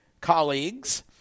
colleagues